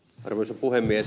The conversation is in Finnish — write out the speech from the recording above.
arvoisa puhemies